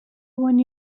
one